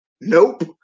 nope